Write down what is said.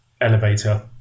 elevator